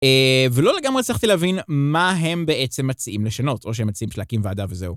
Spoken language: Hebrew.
ולא לגמרי הצלחתי להבין מה הם בעצם מציעים לשנות, או שהם מציעים שלהקים וועדה וזהו.